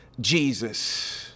Jesus